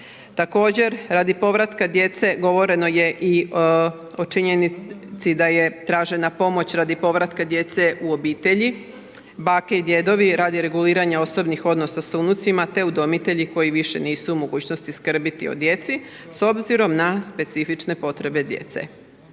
Također, radi povratka djece govoreno je i o činjenici da je tražena pomoć radi povratka djece u obitelji, bake i djedovi radi reguliranja osobnih odnosa sa unucima te udomitelji koji više nisu mogućnosti skrbiti o djeci s obzirom na specifične potrebe djece.